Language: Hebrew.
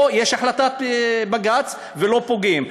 פה יש החלטת בג"ץ, ולא פוגעים.